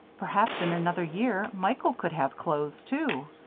perhaps, in another year, michael could have clothes, too.